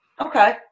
Okay